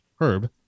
Herb